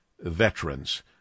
veterans